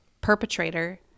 perpetrator